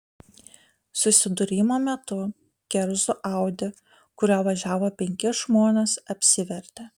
susidūrimo metu kerzų audi kuriuo važiavo penki žmonės apsivertė